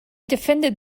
defended